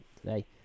today